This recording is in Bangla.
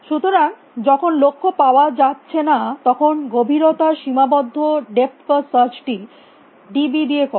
সুতরাং যখন লক্ষ্য পাওয়া যাচ্ছে না তখন গভীরতা সীমাবদ্ধ ডেপথ ফার্স্ট সার্চ টি ডি বি দিয়ে করো